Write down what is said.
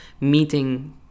meeting